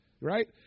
right